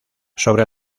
sobre